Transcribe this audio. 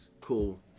cool